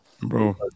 bro